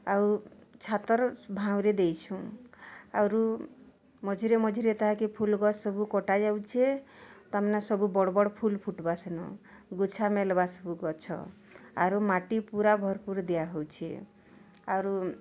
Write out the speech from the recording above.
ଆଉ ଛାତର ଭାଙ୍ଗ୍ ରେ ଦେଇଛୁଁ ଆରୁ ମଝିରେ ମଝିରେ ତାହାକେ ଫୁଲ୍ ଗଛ୍ ସବୁ କଟାଯାଉଛେ ତାମାନେ ସବୁ ବଡ଼୍ ବଡ଼୍ ଫୁଲ୍ ଫୁଟିବା ସେନ ଗୁଛା ମେଲ୍ବା ସବୁ ଗଛ ଆରୁ ମାଟି ପୂରା ଭର୍ପୂର ଦିଆହଉଛେ ଆରୁ